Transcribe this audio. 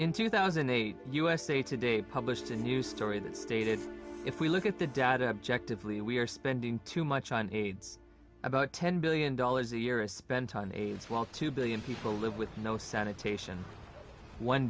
in two thousand a usa today published a new story that stated if we look at the data objectively we are spending too much on aids about ten billion dollars a year is spent on aids while two billion people live with no sanitation one